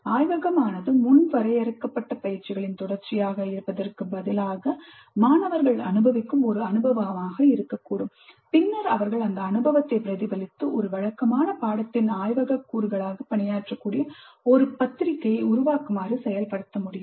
ஆய்வகமானது முன் வரையறுக்கப்பட்ட பயிற்சிகளின் தொடர்ச்சியாக இருப்பதற்குப் பதிலாக மாணவர்கள் அனுபவிக்கும் ஒரு அனுபவமாக இருக்கக்கூடும் பின்னர் அவர்கள் அந்த அனுபவத்தைப் பிரதிபலித்து ஒரு வழக்கமான பாடத்திட்டத்தின் ஆய்வகக் கூறுகளாக பணியாற்றக்கூடிய ஒரு பத்திரிகையை உருவாக்குமாறு செயல்படுத்த முடியும்